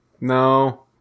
No